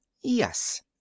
yes